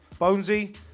Bonesy